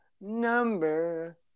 number